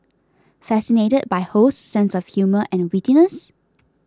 fascinated by Ho's sense of humour and wittiness